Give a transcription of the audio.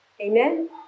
Amen